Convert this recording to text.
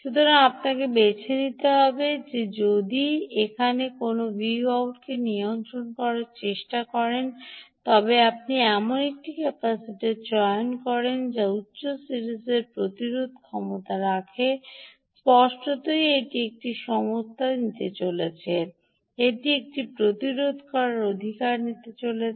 সুতরাং আপনাকে বেছে নিতে হবে যে আপনি এখানে কোনও Voutকে নিয়ন্ত্রণ করার চেষ্টা করছেন এবং যদি আপনি এমন একটি ক্যাপাসিটার চয়ন করেন যা উচ্চ সিরিজের প্রতিরোধ ক্ষমতা রাখে স্পষ্টতই এটি একটি সমস্যা নিতে চলেছে এটি একটি প্রতিরোধ করার অধিকার নিতে চলেছে